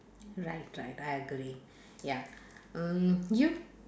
right right I agree ya mm you